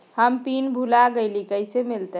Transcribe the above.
हम पिन भूला गई, कैसे मिलते?